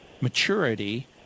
maturity